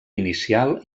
inicial